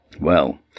Well